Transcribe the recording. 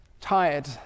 tired